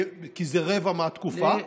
כי זה רבע מהתקופה.